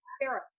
Sarah